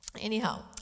Anyhow